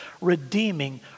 redeeming